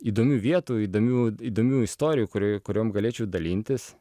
įdomių vietų įdomių įdomių istorijų kurio kuriom galėčiau dalintis